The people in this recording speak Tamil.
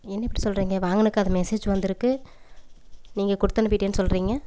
என்ன இப்படி சொல்கிறீங்க வாங்குனதுக்கு அது மெசேஜ் வந்துருக்குது நீங்கள் கொடுத்து அனுப்பிட்டேன் சொல்கிறீங்க